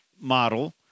model